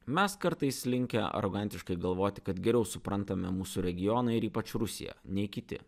mes kartais linkę arogantiškai galvoti kad geriau suprantame mūsų regioną ir ypač rusiją nei kiti